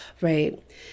Right